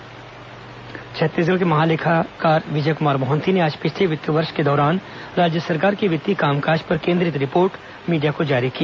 CAG report press Chhattisgarh के महालेखाकार विजय कुमार मोहंती ने आज पिछले वित्त वर्ष के दौरान राज्य सरकार के वित्तीय कामकाज पर केंद्रित रिपोर्ट मीडिया को जारी की